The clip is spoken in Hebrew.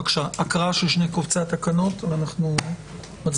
בבקשה, הקראה של שני קבצי התקנות ואנחנו מצביעים.